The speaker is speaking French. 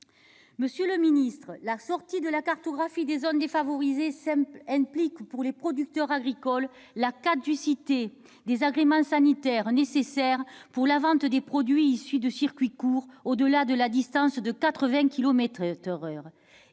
plus rien ? La sortie de la cartographie des zones défavorisées implique pour les producteurs agricoles la caducité des agréments sanitaires nécessaires pour la vente des produits issus de circuits courts au-delà d'une distance de 80 kilomètres.